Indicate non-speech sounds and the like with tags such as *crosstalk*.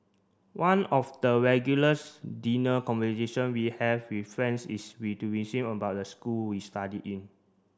one of the regulars dinner conversation we have with friends is *unintelligible* to *unintelligible* about the school we studied in